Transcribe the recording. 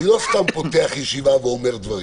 אני לא סתם פותח ישיבה ואומר דברים,